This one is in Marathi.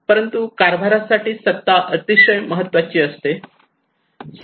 परंतु कारभारासाठी सत्ता अतिशय महत्त्वाची असते